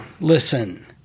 listen